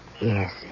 Yes